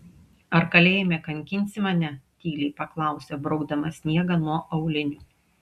ar kalėjime kankinsi mane tyliai paklausė braukdama sniegą nuo aulinių